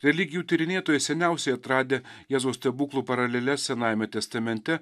religijų tyrinėtojai seniausiai atradę jėzaus stebuklų paraleles senajame testamente